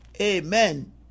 Amen